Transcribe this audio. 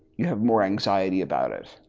you have more anxiety about it.